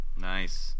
Nice